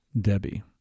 Debbie